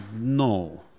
no